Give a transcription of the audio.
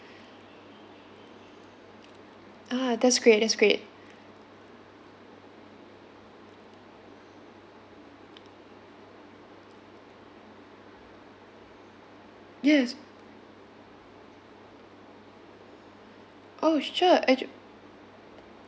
ah that's great that's great yes oh sure actu~